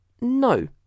No